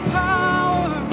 power